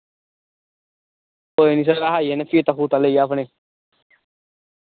कोई निं सर अस आई जन्ने फीता फुता लेइयै अपने